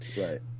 Right